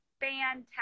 fantastic